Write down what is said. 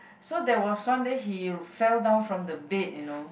so there was one day he fell down from the bed you know